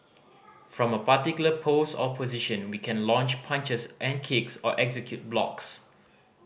from a particular pose or position we can launch punches and kicks or execute blocks